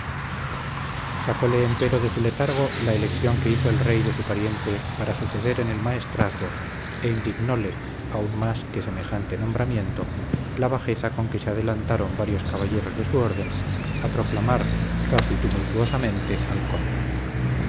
prontamente sacóle empero de su letargo la elección que hizo el rey de su pariente para suceder en el maestrazgo e indignóle aún más que semejante nombramiento la bajeza con que se adelantaron varios caballeros de su orden a proclamar casi tumultuosamente al conde